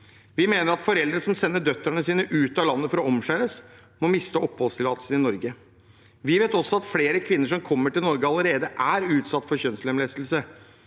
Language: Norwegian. Vi mener at foreldre som sender døtrene sine ut av landet for å omskjæres, må miste oppholdstillatelsen i Norge. Vi vet også at flere kvinner som kommer til Norge, allerede er utsatt for kjønnslemlestelse.